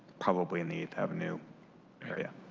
probably in the eighth avenue area.